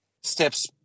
Steps